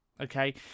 Okay